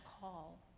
call